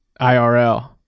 irl